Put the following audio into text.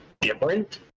different